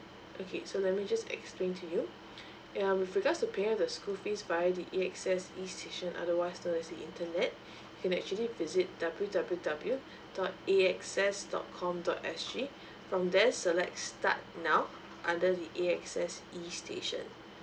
okay so let me just explain to you um with regards to paying of the school fees via the A_X_S e station otherwise known as the internet can actually visit the w w w dot A_X_S dot com dot s g from there select start now under the A_X_S e station